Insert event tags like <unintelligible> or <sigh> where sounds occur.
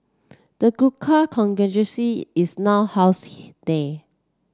the Gurkha <unintelligible> is now housed there